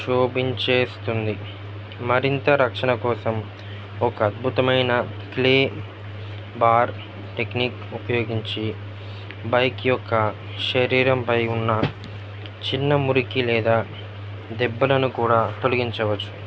శోభించేస్తుంది మరింత రక్షణ కోసం ఒక అద్భుతమైన క్లే బార్ టెక్నిక్ ఉపయోగించి బైక్ యొక్క శరీరంపై ఉన్న చిన్న మురికి లేదా దెబ్బలను కూడా తొలగించవచ్చు